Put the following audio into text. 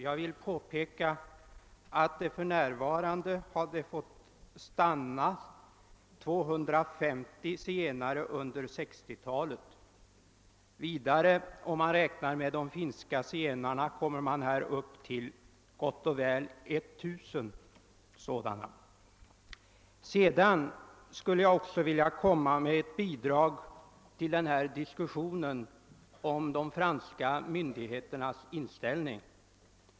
Jag vill påpeka att 250 zigenare fått tillstånd att komma in och bosätta sig i Sverige under 1960 talet. Om man också räknar med de finska zigenarna, blir antalet gott och väl över 1 000. Sedan skulle jag också vilja komma med ett bidrag till diskussionen om de franska myndigheternas inställning.